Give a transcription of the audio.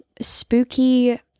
spooky